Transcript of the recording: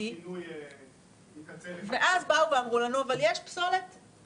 אבל כמו שאני